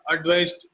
advised